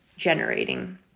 generating